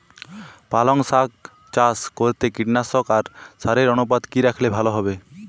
পালং শাক চাষ করতে কীটনাশক আর সারের অনুপাত কি রাখলে ভালো হবে?